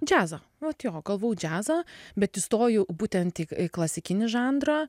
džiazą vat jo galvojau džiazą bet įstojau būtent į į klasikinį žanrą